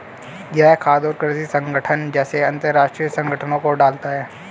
यह खाद्य और कृषि संगठन जैसे अंतरराष्ट्रीय संगठनों को डालता है